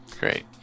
Great